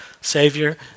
Savior